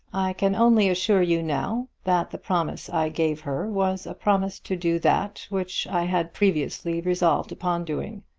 can only assure you now, that the promise i gave her was a promise to do that which i had previously resolved upon doing.